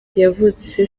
yavutse